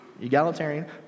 Egalitarian